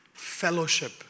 Fellowship